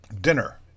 Dinner